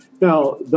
Now